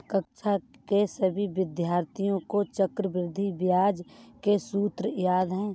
कक्षा के सभी विद्यार्थियों को चक्रवृद्धि ब्याज के सूत्र याद हैं